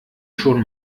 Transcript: schon